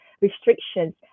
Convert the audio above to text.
restrictions